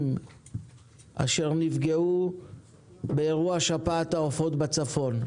אשר נפגעו באירוע שפעת העופות בצפון.